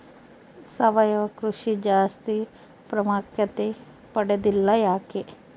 ಸಾವಯವ ಕೃಷಿ ಜಾಸ್ತಿ ಪ್ರಾಮುಖ್ಯತೆ ಪಡೆದಿಲ್ಲ ಯಾಕೆ?